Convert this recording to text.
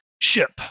ship